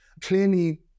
clearly